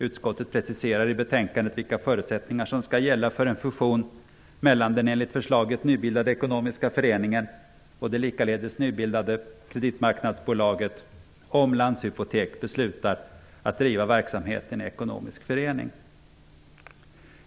Utskottet preciserar i betänkandet vilka förutsättningar som skall gälla för en fusion mellan den enligt förslaget nybildade ekonomiska föreningen och det likaledes nybildade kreditmarknadsbolaget, om Landshypotek beslutar att driva verksamheten i ekonomisk förening.